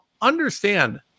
understand